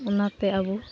ᱚᱱᱟᱛᱮ ᱟᱵᱚ